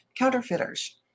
Counterfeiters